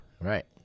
right